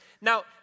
Now